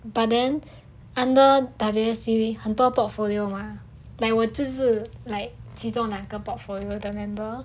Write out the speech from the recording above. but then under W_S_C 很多 portfolio mah like 我就是其中两个 portfolio 的 member